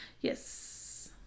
yes